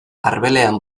arbelean